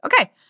Okay